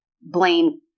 blame